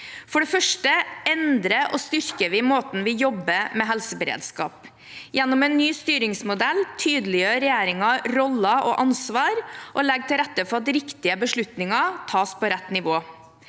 For det første endrer og styrker vi måten vi jobber med helseberedskap på. Gjennom en ny styringsmodell tydeliggjør regjeringen roller og ansvar og legger til rette for at riktige beslutninger tas på rett nivå.